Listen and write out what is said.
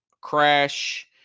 crash